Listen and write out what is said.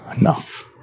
enough